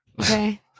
okay